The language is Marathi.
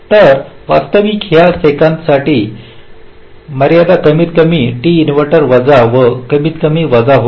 तर वास्तविक या सेकंदासाठी मर्यादा कमीतकमी टी इन्व्हर्टर वजा व कमीतकमी वजा होईल